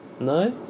No